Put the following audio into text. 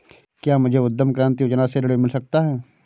क्या मुझे उद्यम क्रांति योजना से ऋण मिल सकता है?